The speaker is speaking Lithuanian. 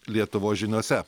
lietuvos žiniose